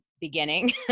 beginning